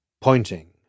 pointing